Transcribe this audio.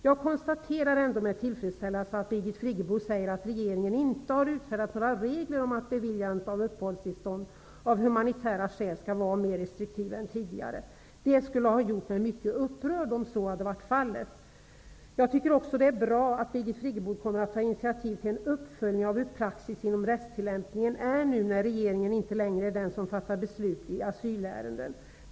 Jag konstaterar ändå med tillfredsställelse att Birgit Friggebo säger att regeringen inte har utfärdat några regler om att beviljandet av uppehållstillstånd av humanitära skäl skall vara mer restriktivt än tidigare. Det skulle ha gjort mig mycket upprörd om det hade varit så. Jag tycker också att det är bra att Birgit Friggebo kommer att ta initiativ till en uppföljning av hur praxis inom rättstillämpningen är nu när regeringen inte längre fattar beslut i asylärenden.